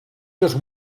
just